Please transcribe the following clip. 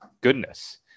goodness